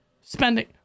spending